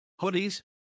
hoodies